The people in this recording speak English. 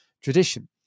tradition